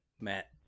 Matt